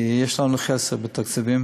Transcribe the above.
כי יש לנו חסר בתקציבים,